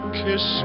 kiss